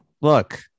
look